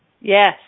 Yes